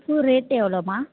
பூ ரேட்டு எவ்வளோமா